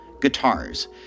guitars